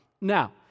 Now